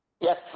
Yes